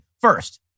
First